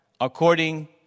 according